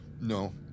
No